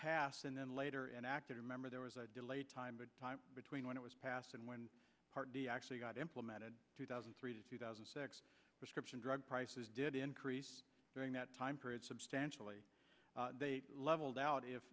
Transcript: passed and then later enacted remember there was a delay time the time between when it was passed and when part d actually got implemented two thousand three to two thousand and six prescription drug prices did increase during that time period substantially they leveled out if